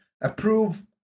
approve